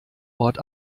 ort